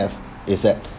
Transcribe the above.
is that